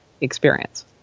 experience